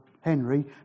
Henry